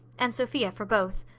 and sophia for both.